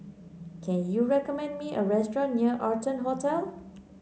can you recommend me a restaurant near Arton Hotel